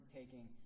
taking –